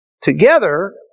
together